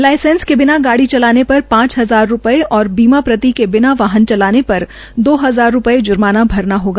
licence के बिना चलाने पर पांच हजार रूपये और बीमा प्रति के बिना वाहन चलाने पर दो हजार रूपये जर्माना भरना होगा